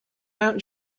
mount